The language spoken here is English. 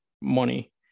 money